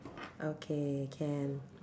okay can